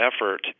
effort